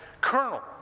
colonel